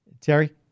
Terry